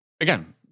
again